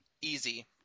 easy